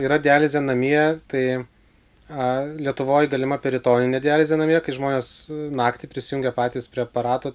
yra dializė namie tai a lietuvoj galima peritoninė dializė namie kai žmonės naktį prisijungia patys aparato